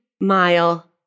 mile